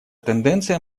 тенденция